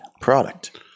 product